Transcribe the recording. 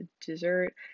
dessert